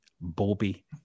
Bobby